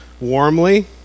warmly